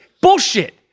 bullshit